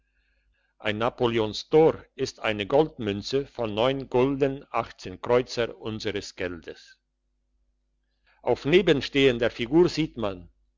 ein napoleonsd'or ist eine goldmünze von neun gulden achtzehn kreuzer unseres geldes auf nebenstehender figur sieht man